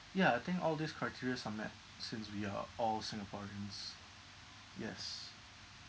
ya I think all these criterias are met since we are all singaporeans yes